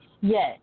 Yes